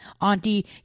auntie